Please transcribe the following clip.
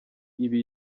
ibi